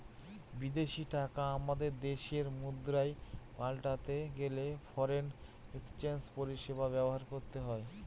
বিদেশী টাকা আমাদের দেশের মুদ্রায় পাল্টাতে গেলে ফরেন এক্সচেঞ্জ পরিষেবা ব্যবহার করতে হয়